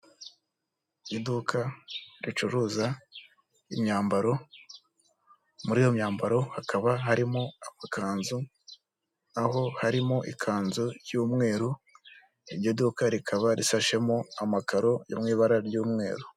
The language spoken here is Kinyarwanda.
Iduka ricuruza imyambaro muri iyo myambaro hakaba harimo amakanzu, aho harimo ikanzu y'umweru, iryo duka rikaba rishashemo amakaro yo mu ibara ry'umweru.